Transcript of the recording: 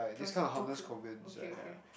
that was a joke okay K